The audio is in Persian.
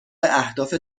اهداف